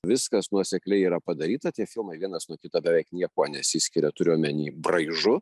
viskas nuosekliai yra padaryta tie filmai vienas nuo kito beveik niekuo nesiskiria turiu omeny braižu